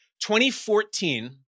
2014